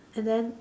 and then